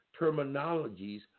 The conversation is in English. terminologies